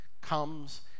comes